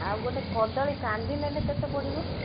ଆଉ ଗୋଟେ କଦଳୀ କାନ୍ଧି ନେଲେ କେତେ ପଡ଼ିବ